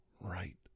Right